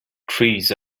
trees